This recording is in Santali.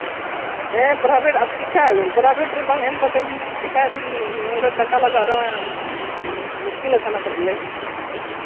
ᱦᱮᱸ ᱯᱨᱟᱭᱵᱷᱮᱹᱴ ᱪᱤᱠᱟᱹᱭᱟᱵᱤᱱ ᱯᱨᱟᱭᱵᱷᱮᱹᱴ ᱨᱮ ᱵᱟᱝ ᱮᱢ ᱠᱟᱛᱮᱫ ᱪᱤᱠᱟᱹᱭᱟᱵᱤᱱ ᱱᱚᱰᱮ ᱴᱟᱠᱟ ᱞᱟᱜᱟᱜ ᱨᱮᱦᱚᱸ ᱢᱩᱥᱠᱤᱞ ᱠᱟᱱᱟᱞᱮ